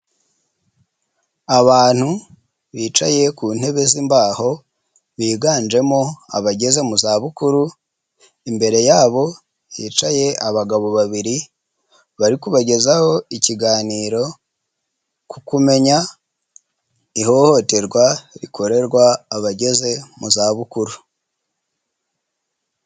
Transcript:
Abantu bicaye ku ntebe z'imbaho, biganjemo abageze mu zabukuru, imbere yabo hicaye abagabo babiri, bari kubagezaho ikiganiro, ku kumenya ihohoterwa rikorerwa abageze mu zabukuru.